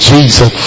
Jesus